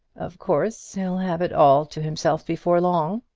of course he'll have it all to himself before long.